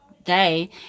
day